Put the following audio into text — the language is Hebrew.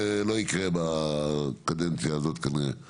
זה לא יקרה בקדנציה הזאת כנראה.